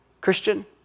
Christian